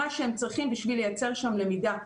מה שהם צריכים כדי לייצר שם למידה.